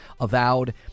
Avowed